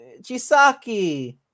Chisaki